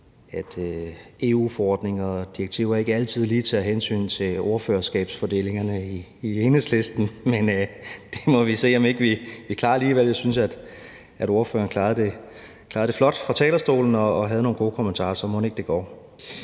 at EU-forordninger og -direktiver ikke altid lige tager hensyn til ordførerskabsfordelingen i Enhedslisten, men det må vi se om vi ikke klarer alligevel. Jeg synes, at ordføreren klarede det flot fra talerstolen og havde nogle gode kommentarer, så mon ikke det